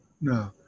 No